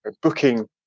booking